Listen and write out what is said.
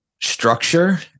structure